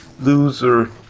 loser